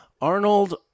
Arnold